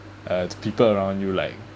uh the people around you like